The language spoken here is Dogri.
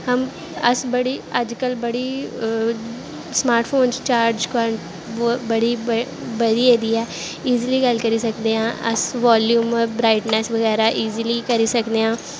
हम अस बड़ी अज्ज कल बड़ी स्मार्ट फोन च चार्ज बड़ी बधी गेदी ऐ ईजली गल्ल करी सकदे आं अस वाल्यूम ब्राईटनैस्स बगैरा ईजली करी सकने आं